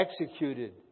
executed